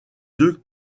deux